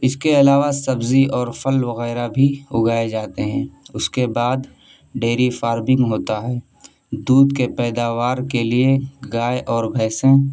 اس کے علاوہ سبزی اور پھل وغیرہ بھی اگائے جاتے ہیں اس کے بعد ڈیری فاربنگ ہوتا ہے دودھ کے پیداوار کے لیے گائے اور بھینسیں